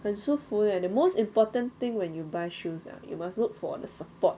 很舒服 leh the most important thing when you buy shoes ah you must look for the support